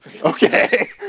Okay